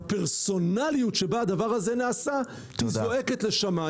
הפרסונליות שבה הדבר הזה נעשה זועקת לשמיים.